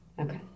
Okay